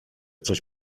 coś